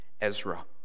Ezra